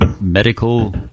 medical